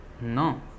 no